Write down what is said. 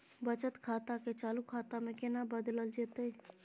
बचत खाता के चालू खाता में केना बदलल जेतै?